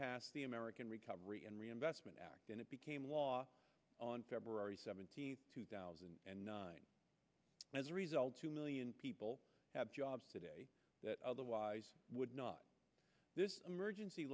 passed the american recovery and reinvestment act and it became law on february seventeenth two thousand and nine as a result two million people have jobs today that otherwise would not this emergency